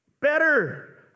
better